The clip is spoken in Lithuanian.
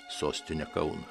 sostinę kauną